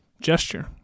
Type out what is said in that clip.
gesture